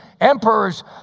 emperors